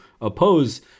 oppose